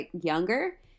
younger